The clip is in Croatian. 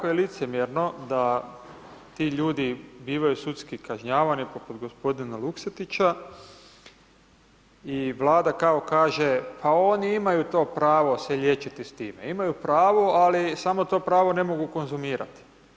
I jako je licemjerno da ti ljudi bivaju bivaju sudski kažnjavani poput gospodina Luksetića i Vlada kao kaže pa oni imaju to pravo se liječiti s time, imaju pravo ali samo to pravo ne mogu konzumirati.